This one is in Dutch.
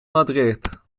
madrid